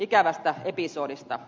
arvoisa puhemies